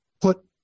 put